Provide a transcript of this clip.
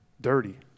dirty